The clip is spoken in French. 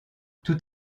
tout